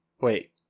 wait